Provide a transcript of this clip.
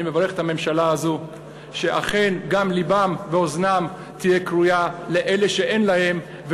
אני מברך את הממשלה הזאת שאכן גם לבם ואוזנם תהיה כרויה לאלה שאין להם,